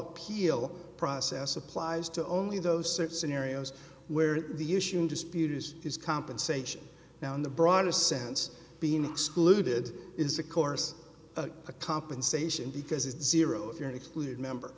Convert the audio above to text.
appeal process applies to only those six scenarios where the issue in dispute is is compensation now in the broader sense being excluded is of course a compensation because it's zero if you're exclude member